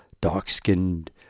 dark-skinned